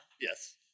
Yes